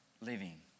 living